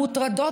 המוטרדות